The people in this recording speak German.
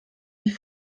die